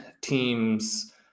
teams